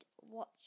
watch